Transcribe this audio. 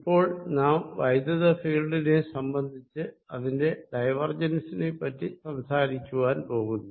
ഇപ്പോൾ നാം ഇലക്ട്രിക്ക് ഫീൽഡിനെ സംബന്ധിച്ച് അതിന്റെ ഡൈവർജൻസ് നെ പറ്റി സംസാരിക്കുവാൻ പോകുന്നു